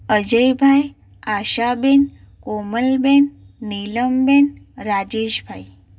Ajaybhai Ashaben Komalben Nilamben Rajeshbhai